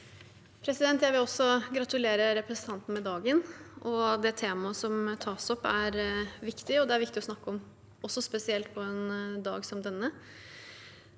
Jeg vil også gratu- lere representanten med dagen. Det temaet som tas opp, er viktig, og det er viktig å snakke om, spesielt på en dag som denne.